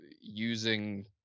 using